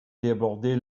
débordés